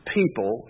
people